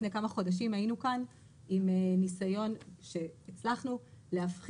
לפני כמה חודשים היינו כאן עם ניסיון בו הצלחנו להפחית